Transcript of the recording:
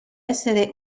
essere